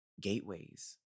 gateways